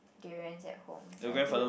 durians at home until